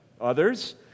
Others